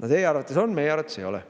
No teie arvates on, aga meie arvates ei ole.